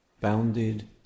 bounded